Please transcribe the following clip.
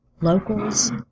Locals